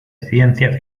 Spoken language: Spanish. ciencia